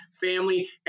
family